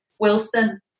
Wilson